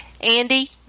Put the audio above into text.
Andy